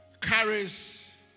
carries